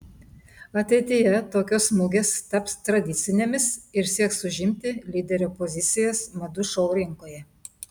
ateityje tokios mugės taps tradicinėmis ir sieks užimti lyderio pozicijas madų šou rinkoje